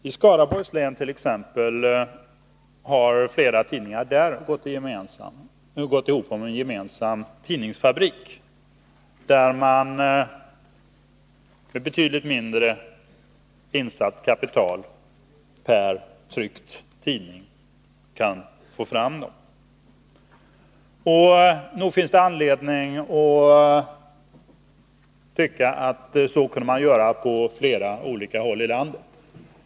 I Skaraborgs län har flera tidningar gått ihop om en gemensam tidningsfabrik, 103 där man kan få fram tidningar för betydligt lägre insatt kapital per tryckt tidning. Nog finns det anledning att påpeka att man kunde göra så på flera håll i landet.